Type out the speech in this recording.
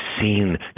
seen